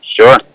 sure